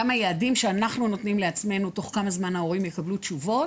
גם היעדים שאנחנו נותנים לעצמנו תוך כמה זמן ההורים יקבלו תשובות.